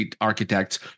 architects